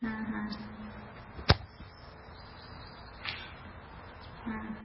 হ্যাঁ হ্যাঁ হ্যাঁ